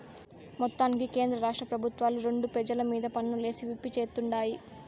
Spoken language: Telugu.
మొత్తానికి కేంద్రరాష్ట్ర పెబుత్వాలు రెండు పెజల మీద పన్నులేసి పిప్పి చేత్తుండాయి